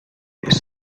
his